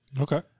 Okay